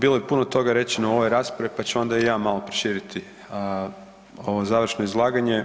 Bilo je puno toga rečeno u ovoj raspravi pa ću onda i ja malo proširiti ovo završno izlaganje.